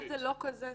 נבדוק את זה.